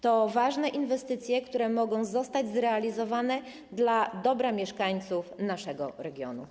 To są ważne inwestycje, które mogą zostać zrealizowane dla dobra mieszkańców naszego regionu.